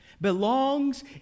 Belongs